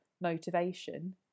motivation